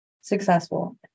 successful